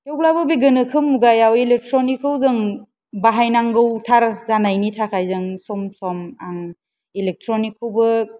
थेवब्लाबो बे गोनोखो मुगायाव एलेक्ट्र'निकखौ जों बाहायनांगौथार जानायनि थाखाय जों सम सम आं एलेक्ट्र'निकखौबो